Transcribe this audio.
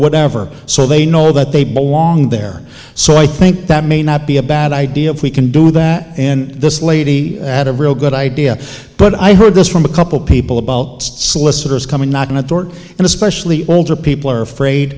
whatever so they know that they belong there so i think that may not be a bad idea if we can do that in this lady had a real good idea but i heard this from a couple people about solicitors coming not in authority and especially older people are afraid